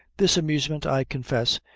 this amusement, i confess,